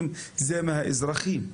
זה מהאזרחי,